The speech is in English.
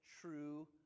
true